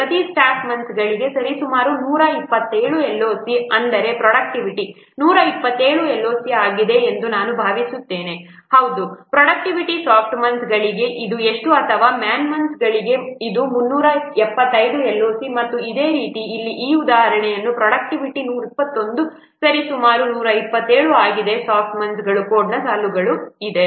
ಪ್ರತಿ ಸ್ಟಾಫ್ ಮಂತ್ಸ್ಗಳಿಗೆ ಸರಿಸುಮಾರು 127 LOC ಅಂದರೆ ಪ್ರೊಡಕ್ಟಿವಿಟಿ 127 LOC ಆಗಿದೆ ಎಂದು ನಾನು ಭಾವಿಸುತ್ತೇನೆ ಅದು ಹೌದು ಪ್ರೊಡಕ್ಟಿವಿಟಿ ಸ್ಟಾಫ್ ಮಂತ್ಸ್ಗಳಿಗೆ ಇದು ಎಷ್ಟು ಅಥವಾ ಮ್ಯಾನ್ ಮಂತ್ಸ್ಗಳಿಗೆ ಇದು 375 LOC ಮತ್ತು ಅದೇ ರೀತಿ ಇಲ್ಲಿ ಈ ಉದಾಹರಣೆಯಲ್ಲಿ ಪ್ರೊಡಕ್ಟಿವಿಟಿ 121 ಸರಿಸುಮಾರು 127 ಆಗಿದೆ ಸ್ಟಾಫ್ ಮಂತ್ಸ್ಗಳ ಕೋಡ್ನ ಸಾಲುಗಳು ಇದೆ